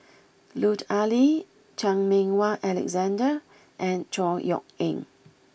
Lut Ali Chan Meng Wah Alexander and Chor Yeok Eng